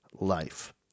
life